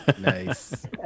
nice